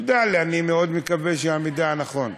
נודע לי, אני מאוד מקווה שהמידע נכון,